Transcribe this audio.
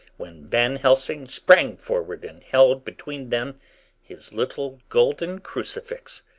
when van helsing sprang forward and held between them his little golden crucifix.